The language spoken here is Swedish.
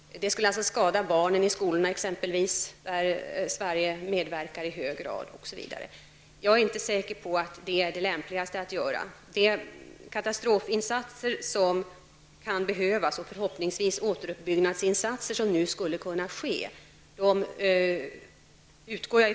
Det skulle exempelvis skada barnen i skolorna, där Sverige i hög grad medverkar, osv. Jag är inte säker på att det är det lämpligaste att göra. Jag utgår ifrån att vi inom katastrofanslaget kommer att ha utrymme för de katastrofinsatser som kan behöva göras och som skulle kunna vidtas.